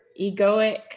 egoic